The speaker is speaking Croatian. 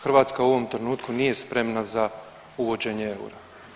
Hrvatska u ovom trenutku nije spremna za uvođenje eura.